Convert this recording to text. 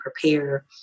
prepare